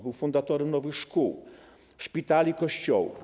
Był fundatorem nowych szkół, szpitali, kościołów.